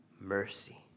mercy